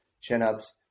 chin-ups